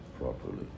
properly